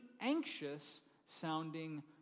anxious-sounding